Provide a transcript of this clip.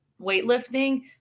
weightlifting